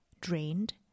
drained